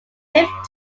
fifth